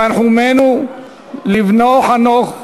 תנחומינו לבנו חנוך,